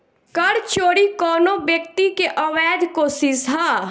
कर चोरी कवनो व्यक्ति के अवैध कोशिस ह